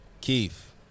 Keith